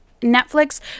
Netflix